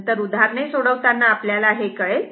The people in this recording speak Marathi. नंतर उदाहरणे सोडवताना आपल्याला हे कळेल